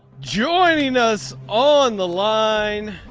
joining us on the line.